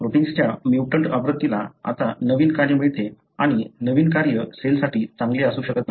प्रोटिन्सच्या म्युटंट आवृत्तीला आता नवीन कार्य मिळते आणि नवीन कार्य सेलसाठी चांगले असू शकत नाही